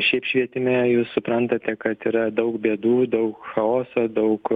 šiaip švietime jūs suprantate kad yra daug bėdų daug chaoso daug